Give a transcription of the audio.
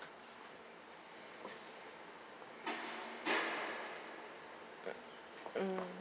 mm